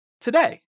today